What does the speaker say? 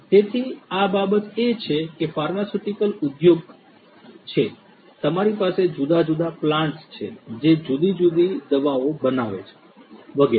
તેથી આ બાબત એ છે કે ફાર્માસ્યુટિકલ ઉદ્યોગમાં છે તમારી પાસે જુદા જુદા પ્લાન્ટ્સ છે જે જુદી જુદી દવાઓ બનાવે છે વગેરે